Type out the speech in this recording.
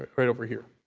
ah right over here.